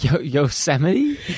Yosemite